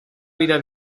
vida